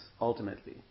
ultimately